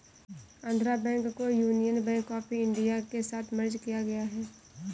Andhra bank को union bank of India के साथ मर्ज किया गया है